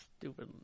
stupid